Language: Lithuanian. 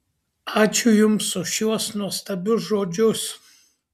ačiū jums už šiuos nuostabius žodžius